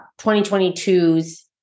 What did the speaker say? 2022's